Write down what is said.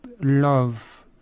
love